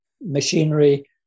machinery